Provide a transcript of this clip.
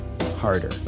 harder